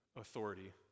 authority